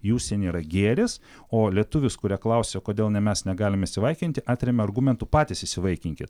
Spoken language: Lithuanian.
į užsienį yra gėris o lietuvis kurio klausia o kodėl ne mes negalim įsivaikinti atremia argumentu patys įsivaikinkit